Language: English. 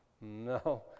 No